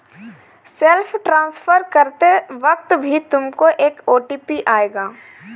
self transfer करते वक्त भी तुमको एक ओ.टी.पी आएगा